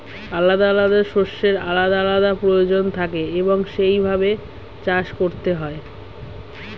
আলাদা আলাদা শস্যের আলাদা আলাদা প্রয়োজন থাকে এবং সেই ভাবে চাষ করতে হয়